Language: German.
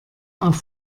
auf